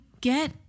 get